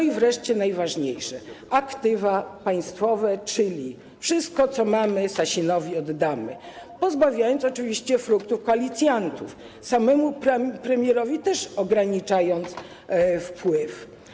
I wreszcie najważniejsze, aktywa państwowe, czyli: wszystko, co mamy, Sasinowi oddamy, pozbawiając oczywiście koalicjantów fruktów, samemu premierowi też ograniczając wpływ.